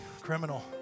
criminal